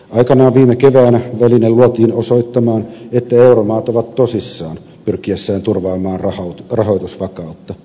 aikanaan viime keväänä väline luotiin osoittamaan että euromaat ovat tosissaan pyrkiessään turvaamaan rahoitusvakautta